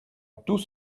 tout